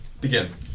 begin